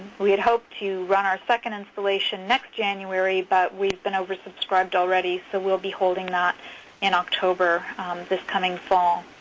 we had hoped to run our second installation next january, but we've been over subscribed already, so we'll be holding that in october this coming fall.